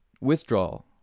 withdrawal